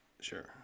sure